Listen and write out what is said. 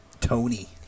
Tony